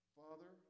father